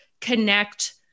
connect